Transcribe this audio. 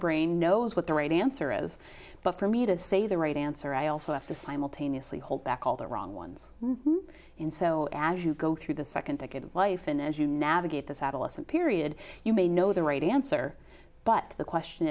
brain knows what the right answer is but for me to say the right answer i also have to simultaneously hold back all the wrong ones and so as you go through the second decade of life and as you navigate this adolescent period you may know the radio answer but the question